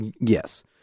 Yes